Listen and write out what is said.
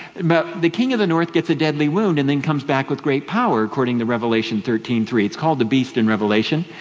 but the king of the north gets a deadly wound, and then comes back with great power according to revelation thirteen three, it's called the beast in revelation.